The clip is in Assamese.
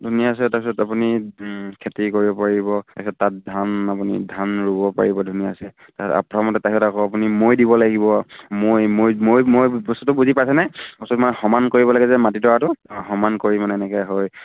ধুনীয়াছে তাৰপিছত আপুনি খেতি কৰিব পাৰিব তাকে তাত ধান আপুনি ধান ৰুব পাৰিব ধুনীয়াছে তাৰপিছত প্ৰথমতে তাৰপিছত আকৌ আপুনি মৈ দিব লাগিব মৈ মৈ মৈ মৈ বস্তুটো বুজি পাইছেনে বচ সমান কৰিব লাগে যে মাটিডৰাটো সমান কৰি মানে এনেকৈ হৈ